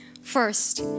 first